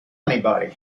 anybody